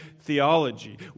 theology